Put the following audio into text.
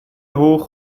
hoch